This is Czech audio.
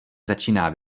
začíná